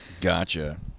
Gotcha